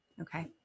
okay